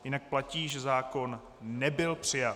Jinak platí, že zákon nebyl přijat.